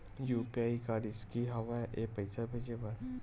UPI का रिसकी हंव ए पईसा भेजे बर?